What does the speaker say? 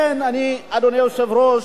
אדוני היושב-ראש,